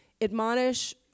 admonish